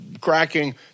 cracking